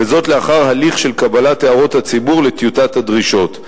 וזאת לאחר הליך של קבלת הערות הציבור לטיוטת הדרישות.